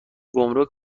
گمرگ